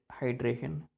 hydration